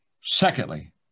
Secondly